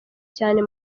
cyane